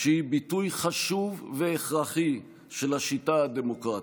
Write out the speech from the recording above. שהיא ביטוי חשוב והכרחי של השיטה הדמוקרטית.